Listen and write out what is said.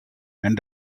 and